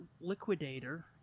liquidator